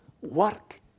work